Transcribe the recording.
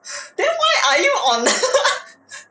then why are you on